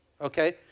okay